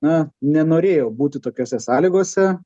na nenorėjau būti tokiose sąlygose